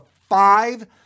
five